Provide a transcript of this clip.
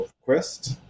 Quest